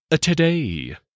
Today